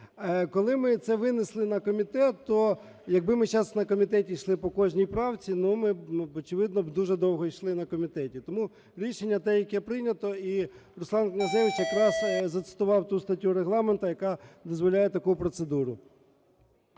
Коли ми це винесли на комітет, то… Якби ми сейчас на комітеті йшли по кожній правці, ну, ми, очевидно, дуже довго йшли б на комітеті. Тому рішення те, яке прийнято. І Руслан Князевич якраз зацитував ту статтю Регламенту, яка дозволяє таку процедуру.